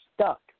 stuck